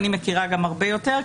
אני מכירה גם הרבה יותר,